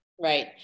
Right